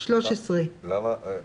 למה לא